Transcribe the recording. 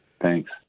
Thanks